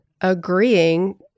agreeing